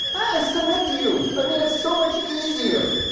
i submit to you i mean, it's so much easier.